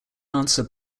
answer